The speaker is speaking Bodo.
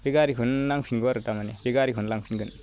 बे गारिखौनो नांफिनगौ आरो दा माने बे गारिखौनो लांफिनगोन